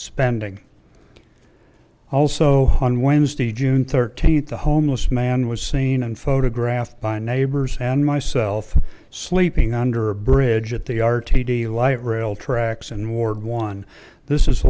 spending also on wednesday june thirteenth a homeless man was seen and photographed by neighbors and myself sleeping under a bridge at the r t d light rail tracks and ward one this is